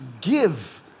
give